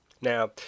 Now